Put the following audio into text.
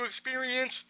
experience